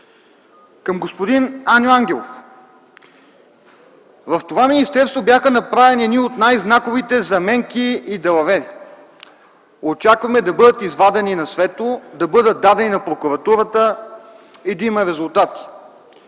Към господин Аню Ангелов. В това министерство бяха направени едни от най-знаковите заменки и далавери. Очакваме да бъдат извадени на светло, да бъдат дадени на прокуратурата и да има резултати.